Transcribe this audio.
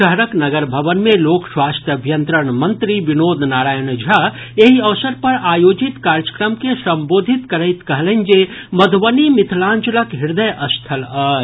शहरक नगर भवन मे लोक स्वास्थ्य अभियंत्रण मंत्री विनोद नारायण झा एहि अवसर पर आयोजित कार्यक्रम के संबोधित करैत कहलनि जे मधुबनी मिथिलांचलक हृदय स्थल अछि